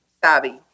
Savvy